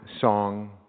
song